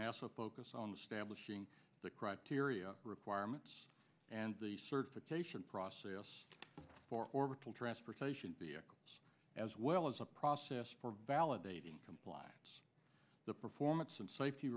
nasa focus on the stablished being the criteria requirements and the certification process for orbital transportation vehicles as well as a process for validating compliance the performance and safety